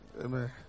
Amen